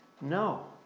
No